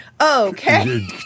Okay